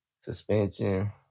suspension